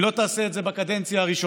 אם לא תעשה את זה בקדנציה הראשונה,